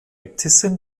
äbtissin